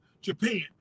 Japan